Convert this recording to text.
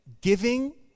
giving